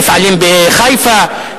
מפעלים בחיפה,